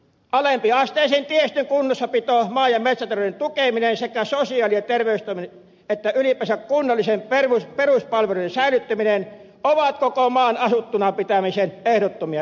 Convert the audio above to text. alempiasteisen tiestön kunnossapito maa ja metsätalouden tukeminen sekä sosiaali ja terveystoimen ja ylipäänsä kunnallisten peruspalveluiden säilyttäminen ovat koko maan asuttuna pitämisen ehdottomia edellytyksiä